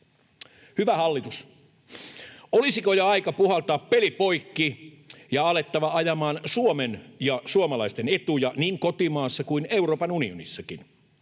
Hyvä hallitus, olisiko jo aika puhaltaa peli poikki ja alettava ajamaan Suomen ja suomalaisten etuja niin kotimaassa kuin Euroopan unionissakin?